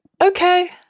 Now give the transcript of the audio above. Okay